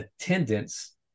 attendance